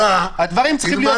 הדברים צריכים להיות ברורים.